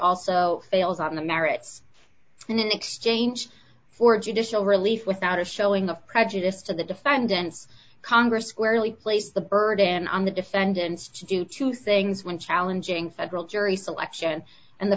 also fails on the merits in exchange for judicial relief without a showing of prejudice to the defendants congress squarely placed the burden on the defendants to do two things one challenging federal jury selection and the